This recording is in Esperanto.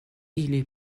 ili